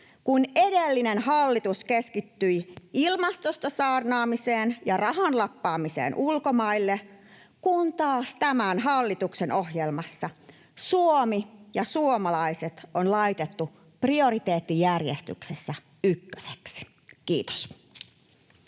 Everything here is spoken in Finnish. kun edellinen hallitus keskittyi ilmastosta saarnaamiseen ja rahan lappaamiseen ulkomaille, niin tämän hallituksen ohjelmassa Suomi ja suomalaiset on laitettu prioriteettijärjestyksessä ykköseksi. — Kiitos.